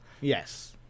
yes